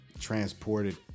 transported